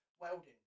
welding